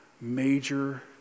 major